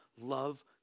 Love